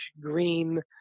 green